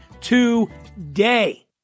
today